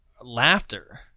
laughter